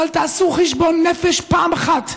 אבל תעשו חשבון נפש פעם אחת,